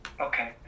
Okay